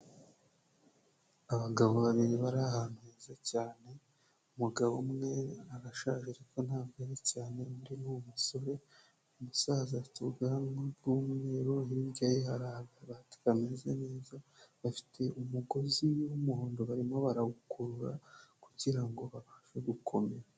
Abagabo babiri bar'ahantu heza cyane, umugabo umwe arashaje ariko ntabwo ari cyane, undi n'umusore, Umusaza afite ubwanwa bw'umweru, hirye ye har'akabati kameze neza bafite umugozi w'umuhondo barimo barawukurura kugira ngo babashe gukomera.